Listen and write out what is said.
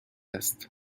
است